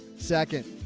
second.